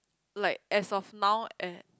like as of now and